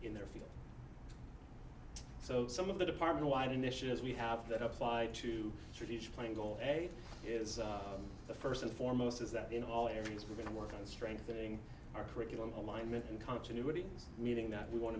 in their field so some of the department wide initiatives we have that applied to tradition and goal is the first and foremost is that in all areas we're going to work on strengthening our curriculum alignment and continuity meaning that we want